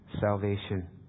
salvation